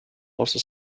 also